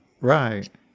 Right